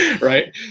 right